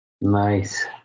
Nice